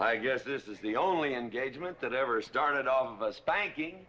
i guess this is the only engagement that ever started off the spanking